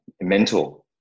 mentor